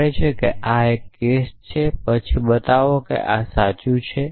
ધારો કે આ એક કેસ છે પછી બતાવો કે આ સાચું છે